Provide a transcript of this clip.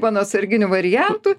mano atsarginiu variantu